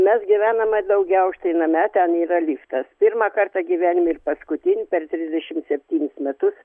mes gyvename daugiaaukšty name ten yra liftas pirmą kartą gyvenime ir paskutinį per trisdešim septynis metus